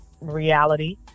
reality